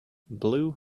blue